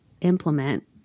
implement